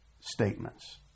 statements